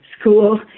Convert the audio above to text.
school